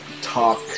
talk